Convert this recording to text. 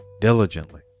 diligently